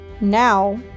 now